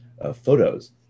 photos